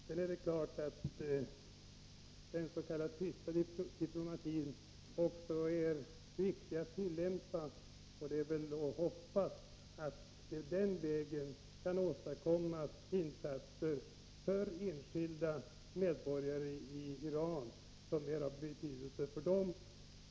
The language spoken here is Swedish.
Det är klart att det också är viktigt att tillämpa den s.k. tysta diplomatin. Låt oss hoppas att det den vägen kan åstadkommas insatser som är av betydelse för enskilda medborgare i Iran.